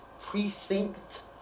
precinct